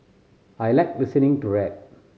I like listening to rap